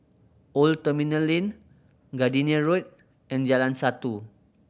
Old Terminal Lane Gardenia Road and Jalan Satu